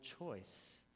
choice